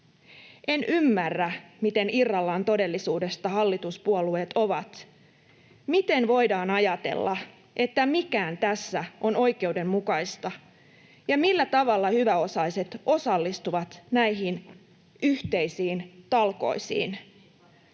En ymmärrä, miten irrallaan todellisuudesta hallituspuolueet ovat, miten voidaan ajatella, että mikään tässä on oikeudenmukaista, ja millä tavalla hyväosaiset osallistuvat näihin ’yhteisiin talkoisiin’.